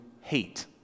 hate